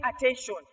attention